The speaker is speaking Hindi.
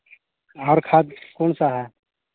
और खाद कौन सा है